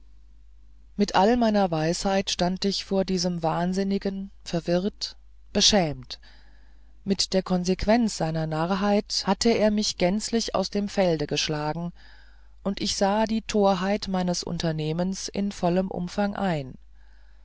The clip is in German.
mit all meiner weisheit stand ich vor diesem wahnsinnigen verwirrt beschämt mit der konsequenz seiner narrheit hatte er mich gänzlich aus dem felde geschlagen und ich sah die torheit meines unternehmens in vollem umfange ein